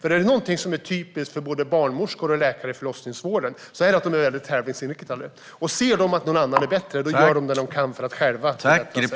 Är det något som är typiskt för både barnmorskor och läkare i förlossningsvården är det att de är tävlingsinriktade, och om de ser att någon annan är bättre gör de vad de kan för att själva bättra sig.